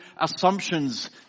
assumptions